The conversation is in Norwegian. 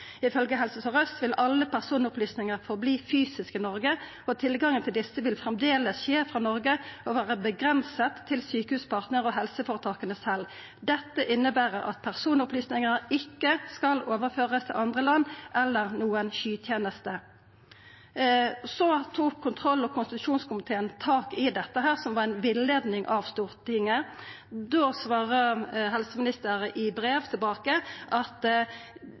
Ifølge Helse Sør-Øst RHF vil alle personopplysninger forbli fysisk i Norge, og tilgangen til disse vil fremdeles skje fra Norge og være begrenset til Sykehuspartner og helseforetakene selv. Dette innebærer at personopplysningene ikke skal overføres til andre land eller noen form for skytjeneste.» Så tok kontroll- og konstitusjonskomiteen tak i det som var ei villeiing av Stortinget. Da svarer helseministeren i brev tilbake: